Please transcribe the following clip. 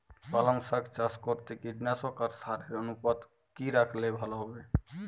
পালং শাক চাষ করতে কীটনাশক আর সারের অনুপাত কি রাখলে ভালো হবে?